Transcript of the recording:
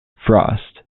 frost